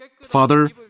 Father